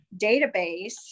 database